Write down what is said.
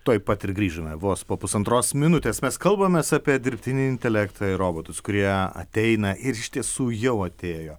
tuoj pat ir grįžome vos po pusantros minutės mes kalbamės apie dirbtinį intelektą ir robotus kurie ateina ir iš tiesų jau atėjo